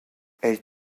elle